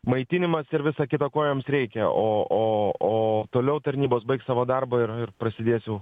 maitinimas ir visa kita ko jiems reikia o o o toliau tarnybos baigs savo darbą ir ir prasidės jau